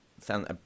sound